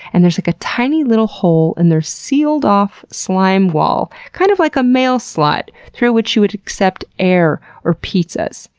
and there's like a tiny little hole in their sealed off slime wall, kind of like a mail slot through which you would accept air or pizzas.